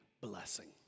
blessing